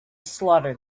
slaughter